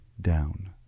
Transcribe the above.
down